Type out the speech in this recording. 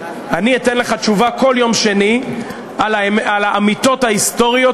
אני אתן לך תשובה כל יום שני על האמיתות ההיסטוריות,